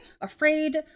afraid